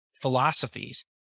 philosophies